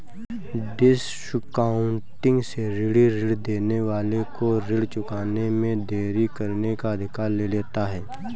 discounting से ऋणी ऋण देने वाले को ऋण चुकाने में देरी करने का अधिकार ले लेता है